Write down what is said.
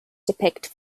depict